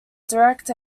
direct